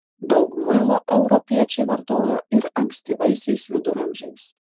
daug muilo europiečiai vartojo ir ankstyvaisiais viduramžiais